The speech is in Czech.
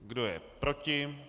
Kdo je proti?